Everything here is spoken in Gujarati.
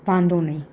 વાંધો નહીં